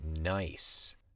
nice